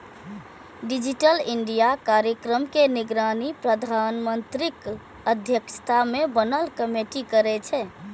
digital India कार्यक्रम के निगरानी प्रधानमंत्रीक अध्यक्षता मे बनल कमेटी करै छै